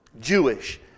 Jewish